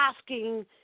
asking